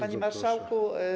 Panie Marszałku!